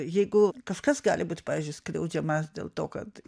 jeigu kažkas gali būt pavyzdžiui skriaudžiamas dėl to kad